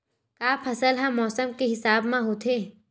का फसल ह मौसम के हिसाब म होथे?